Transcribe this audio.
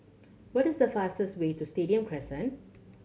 what is the fastest way to Stadium Crescent